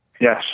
yes